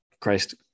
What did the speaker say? christ